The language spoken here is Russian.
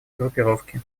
группировки